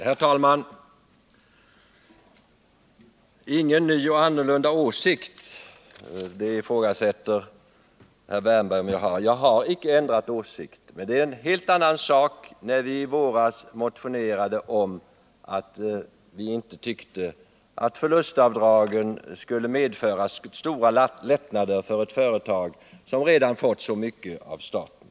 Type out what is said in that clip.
Herr talman! Herr Wärnberg ifrågasatte om jag har en ny och annorlunda åsikt. Jag har icke ändrat åsikt. Det var emellertid en helt annan sak när vi i våras motionerade om att förlustavdragen inte borde medföra stora lättnader Nr 44 för ett företag som redan fått så mycket av staten.